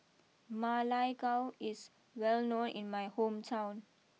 Ma Lai Gao is well known in my hometown